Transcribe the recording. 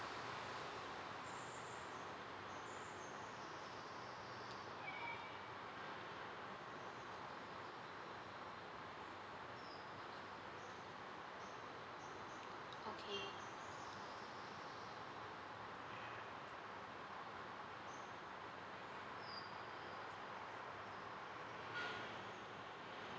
okay